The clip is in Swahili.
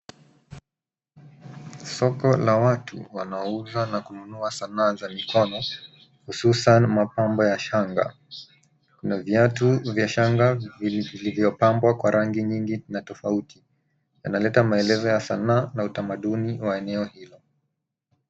Soko la watu, wanauza na kununua sanaa za mikono, hususan mapambo ya shanga na viatu vya shanga vilivyopambwa kwa rangi nyingi na tofauti, yanaleta maelezo ya sanaa na utamaduni, wa eneo hilo.